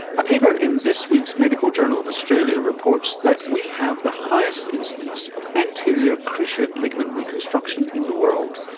a paper in this week's medical journal of australia reports that we have the highest instance of anterior cruciate ligament reconstruction in the world.